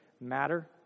matter